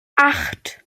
acht